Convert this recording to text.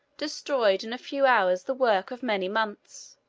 destroyed in a few hours the work of many months,